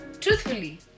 Truthfully